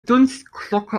dunstglocke